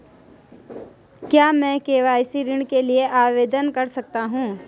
क्या मैं के.सी.सी ऋण के लिए आवेदन कर सकता हूँ?